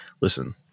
listen